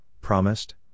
promised